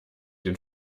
den